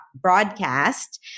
broadcast